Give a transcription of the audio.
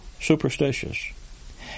superstitious